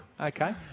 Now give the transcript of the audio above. Okay